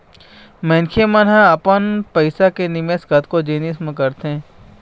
मनखे मन ह अपन पइसा के निवेश कतको जिनिस म करथे